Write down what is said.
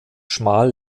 schmal